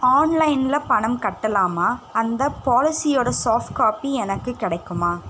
ஆன்லைனில் பணம் கட்டலாமா அந்த பாலிசியோடய சாஃப்ட் காப்பி எனக்கு கிடைக்குமா